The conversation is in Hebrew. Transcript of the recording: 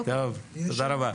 תודה רבה.